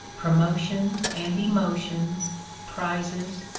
promotions and emotions, prizes,